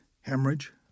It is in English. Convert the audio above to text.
hemorrhage